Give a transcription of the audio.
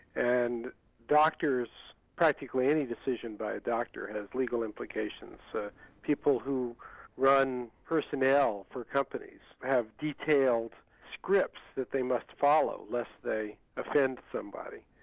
and doctors, practically any decision by a doctor, has legal implications. so people who run personnel for companies have detailed scripts that they must follow lest they offend somebody.